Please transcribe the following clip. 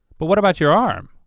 but what about your arm?